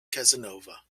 casanova